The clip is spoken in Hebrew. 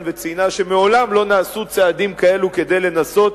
וציינה שמעולם לא נעשו צעדים כאלו כדי לנסות